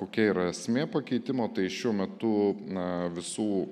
kokia yra esmė pakeitimo tai šiuo metu na visų